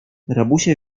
rabusie